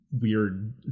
weird